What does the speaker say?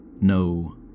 No